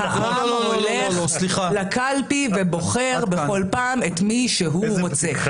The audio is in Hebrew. העם הולך לקלפי ובוחר בכל פעם את מי שהוא רוצה.